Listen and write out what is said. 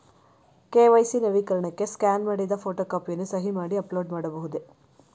KYC ನವೀಕರಣಕ್ಕೆ scan ಮಾಡಿದ photo ಕಾಪಿಯನ್ನು ಸಹಿ ಮಾಡಿ ಅಪ್ಲೋಡ್ ಮಾಡಬಹುದೇ?